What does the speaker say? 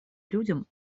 людям